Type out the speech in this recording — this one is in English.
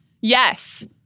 Yes